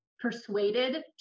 persuaded